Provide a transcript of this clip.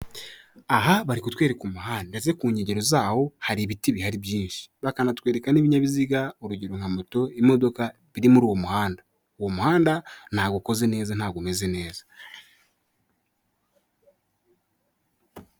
Aha barikutwereka umuhanda. Ndetse ku nkengero zaho hari ibiti bihari byinshi. Bakanatwereka n'ibinyabiziga, urugero nka moto, imodoka iri muri uwo muhanda. Uwo muhanda ntabwo ukoze neza, ntabwo umeze neza.